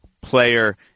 player